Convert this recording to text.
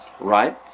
right